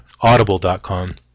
audible.com